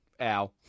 Ow